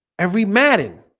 every manning